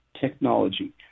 technology